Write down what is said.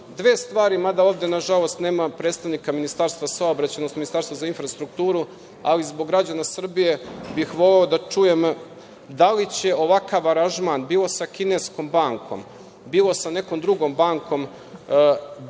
stvari, mada ovde nažalost nema predstavnika Ministarstva saobraćaja, odnosno Ministarstva za infrastrukturu, ali zbog građana Srbije bih voleo da čujem da li će ovakav aranžman bilo sa kineskom bankom, bilo sa nekom drugom bankom,